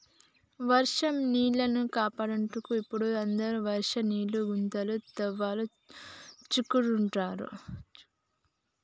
వర్షం నీళ్లను కాపాడుటకు ఇపుడు అందరు వర్షం నీళ్ల గుంతలను తవ్వించుకుంటాండ్రు